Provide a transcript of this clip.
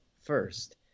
first